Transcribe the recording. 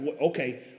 okay